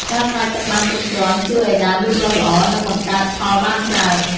ការស្រោចទឹកបានគ្រប់គ្រាន់ជួយឲ្យដើមលូតលាស់ល្អ និងបង្កើតផលបានច្រើន។